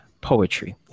poetry